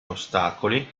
ostacoli